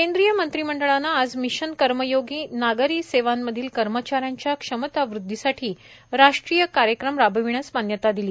केंद्रीय मंत्रिमंडळानं आज मिशन कर्मयोगी नागरी सेवांमधील कर्मचाऱ्यांच्या क्षमता वृद्धीसाठी राष्ट्रीय कार्यक्रम राबविण्यास मान्यता दिली